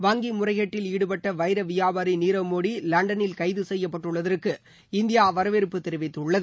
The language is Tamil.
வங்கி முறைகேட்டில் ஈடுபட்ட வைர வியாபாரி நீரவ் மோடி லண்டனில் கைது செய்யப்பட்டுள்ளதற்கு இந்தியா வரவேற்பு தெரிவித்துள்ளது